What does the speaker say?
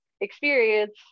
experience